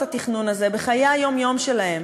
את התכנון הזה בחיי היום-יום שלהן,